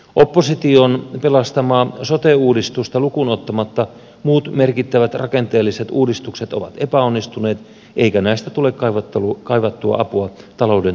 opposition pelastamaa sote uudistusta lukuun ottamatta muut merkittävät rakenteelliset uudistukset ovat epäonnistuneet eikä näistä tule kaivattua apua talouden tasapainottamiseen